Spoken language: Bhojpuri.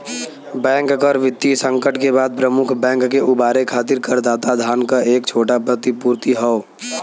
बैंक कर वित्तीय संकट के बाद प्रमुख बैंक के उबारे खातिर करदाता धन क एक छोटा प्रतिपूर्ति हौ